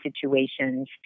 situations